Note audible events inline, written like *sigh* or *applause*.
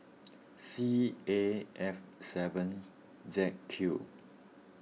*noise* C A F seven Z Q